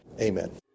Amen